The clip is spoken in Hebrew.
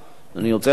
אני רוצה להגיד לך,